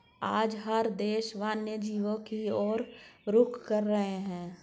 आज हर देश वन्य जीवों की और रुख कर रहे हैं